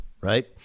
right